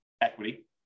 equity